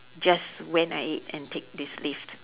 just went at it and take this lift